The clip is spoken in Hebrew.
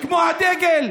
כמו הדגל.